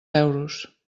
euros